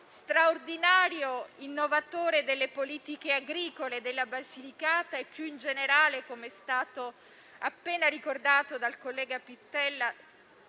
straordinario innovatore delle politiche agricole della Basilicata e, più in generale - come è stato appena ricordato dal collega Pittella